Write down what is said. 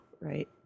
right